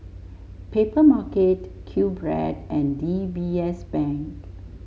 Papermarket Q Bread and D B S Bank